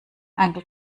uncle